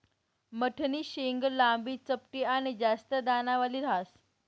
मठनी शेंग लांबी, चपटी आनी जास्त दानावाली ह्रास